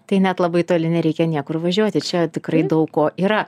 tai net labai toli nereikia niekur važiuoti čia tikrai daug ko yra